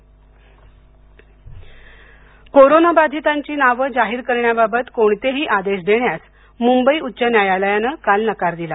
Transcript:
कोरोनाबाधित नावे कोरोनाबाधितांची नाव जाहीर करण्याबाबत कोणतेही आदेश देण्यास मुंबई उच्च न्यायालयानं काल नकार दिला